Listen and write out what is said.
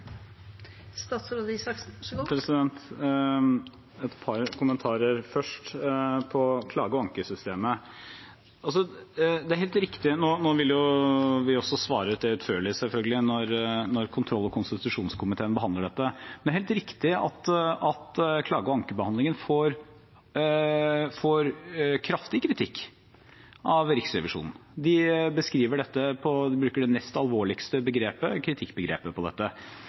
et par kommentarer om klage- og ankesystemet. Nå vil vi jo svare utførlig, selvfølgelig, når kontroll- og konstitusjonskomiteen behandler dette, men det er helt riktig at klage- og ankebehandlingen får kraftig kritikk av Riksrevisjonen. De bruker det nest alvorligste begrepet, kritikkbegrepet, om dette.